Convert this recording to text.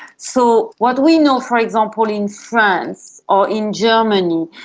so what we know, for example, in france or in germany,